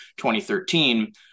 2013